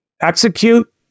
execute